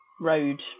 road